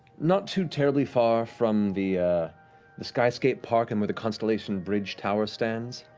not too terribly far from the the skyscape park and where the constellation bridge tower stands.